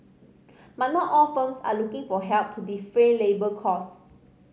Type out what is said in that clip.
but not all firms are looking for help to defray labour costs